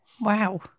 Wow